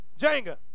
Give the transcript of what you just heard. Jenga